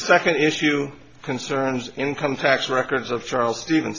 second issue concerns income tax records of charles steven